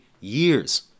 years